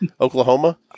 oklahoma